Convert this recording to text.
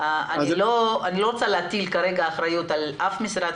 אני לא רוצה להטיל כרגע אחריות על אף משרד,